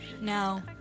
no